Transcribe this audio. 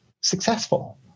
successful